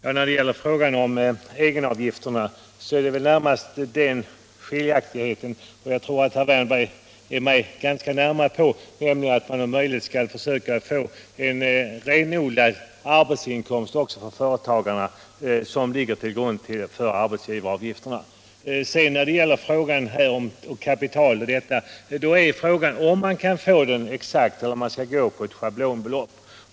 Herr talman! I fråga om arbetsgivaravgifterna är väl skillnaden närmast den — jag tror att herr Wärnberg är mig ganska nära i uppfattning — att jag anser att man om möjligt skall försöka få fram en renodlad arbetsinkomst också för företagarna som kan ligga till grund för dessa avgifter. När det gäller att en del av inkomsten skall betraktas som kapitalinkomst är frågan om man kan få den delen exakt eller om man skall gå på ett schablonbelopp.